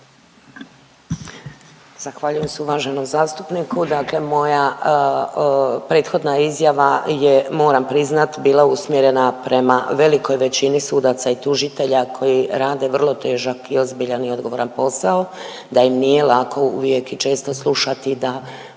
Zahvaljujem se uvaženom zastupniku. Dakle, moja prethodna izjava je moram priznat bila usmjerena prema velikoj većini sudaca i tužitelja koji rade vrlo težak i ozbiljan i odgovoran posao, da im nije lako uvijek i često slušati da